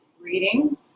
Reading